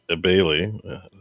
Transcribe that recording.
bailey